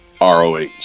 ROH